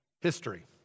history